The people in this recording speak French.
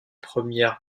première